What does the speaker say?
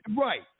Right